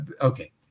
okay